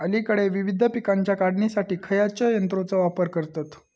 अलीकडे विविध पीकांच्या काढणीसाठी खयाच्या यंत्राचो वापर करतत?